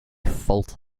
fault